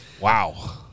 Wow